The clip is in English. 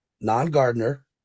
non-gardener